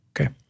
Okay